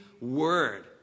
word